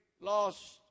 lost